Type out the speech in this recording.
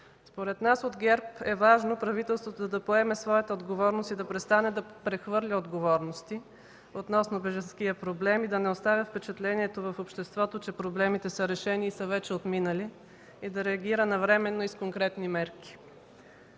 Според нас, от ГЕРБ, е важно правителството да поеме своята отговорност и да престане да прехвърля отговорности относно бежанския проблем и да не оставя впечатлението в обществото, че проблемите са решени и са вече отминали, и да реагира навременно и с конкретни мерки.